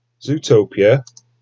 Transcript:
Zootopia